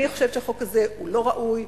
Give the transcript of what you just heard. אני חושבת שהחוק הזה הוא לא ראוי.